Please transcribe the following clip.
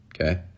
Okay